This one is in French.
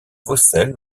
vaucelles